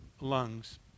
lungs